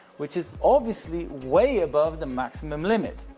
which is obviously way above the maximum limit.